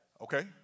Okay